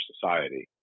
society